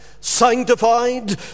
sanctified